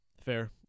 Fair